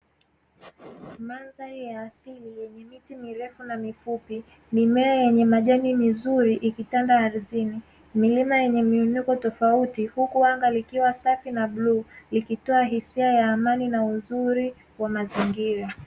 Mandhari ya asili yenye miti mirefu na mifupi, mimea yanye majani mazuri ikitanda ardhini, milima yenye miinuko tofauti huku anga likiwa safi na bluu likitoa hisia ya amani na uzuri wa mazingira.